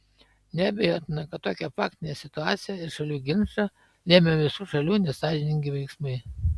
neabejotina kad tokią faktinę situaciją ir šalių ginčą lėmė visų šalių nesąžiningi veiksmai